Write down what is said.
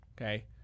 okay